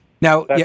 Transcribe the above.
Now